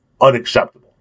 unacceptable